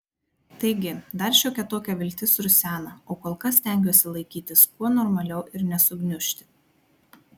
taigi dar šiokia tokia viltis rusena o kol kas stengiuosi laikytis kuo normaliau ir nesugniužti